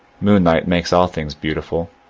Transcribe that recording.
moonlight makes all things beautiful.